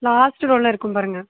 last ரோவில் இருக்கும் பாருங்க